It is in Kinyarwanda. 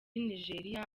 nigeria